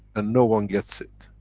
and no one gets it.